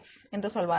X என்று சொல்வார்கள்